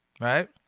Right